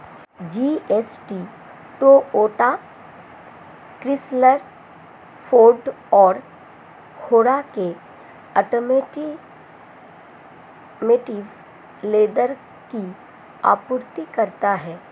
GST Toyota, Chrysler, Ford और Honda के automotive leather की आपूर्ति करता है